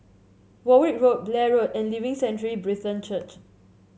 Warwick Road Blair Road and Living Sanctuary Brethren Church